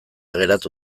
geratu